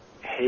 Hey